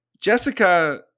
Jessica